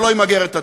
שלא ימגר את הטרור.